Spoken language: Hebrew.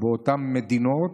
באותן מדינות,